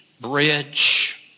bridge